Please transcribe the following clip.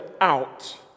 out